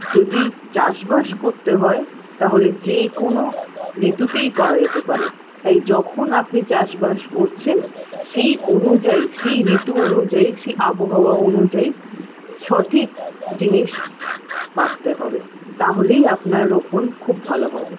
যদি চাষবাস করতে হয় তাহলে যেকোনো ঋতুতেই করা যেতে পারে তাই যখন আপনি চাষবাস করছেন সেই অনুযায়ী সেই ঋতু অনুযায়ী সেই আবহাওয়া অনুযায়ী সঠিক জিনিস বাছতে হবে তাহলেই আপনার রোপণ খুব ভালো হবে